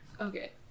Okay